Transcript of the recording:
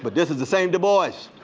but this is the same du bois